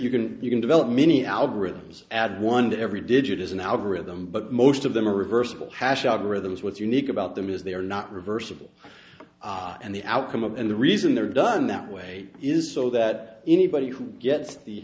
you can you can develop many algorithms add one to every digit is an algorithm but most of them are reversible hash out rhythms what's unique about them is they are not reversible and the outcome of and the reason they're done that way is so that anybody who gets the